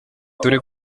turi